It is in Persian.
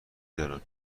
دارن